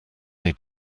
need